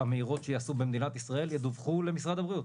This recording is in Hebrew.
המהירות שייעשו במדינת ישראל ידווחו למשרד הבריאות.